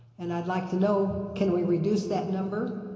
and i'd like to know, can we reduce that number?